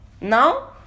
Now